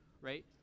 right